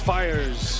fires